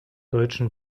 deutschen